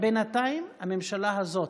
שוב, בינתיים הממשלה הזאת